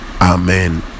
amen